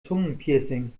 zungenpiercing